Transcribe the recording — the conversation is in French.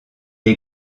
est